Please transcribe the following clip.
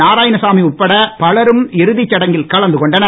நாராயணசாமி உட்பட பலரும் இறுதிச் சடங்கில் கலந்து கொள்கிறார்கள்